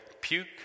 puke